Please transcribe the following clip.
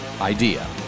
idea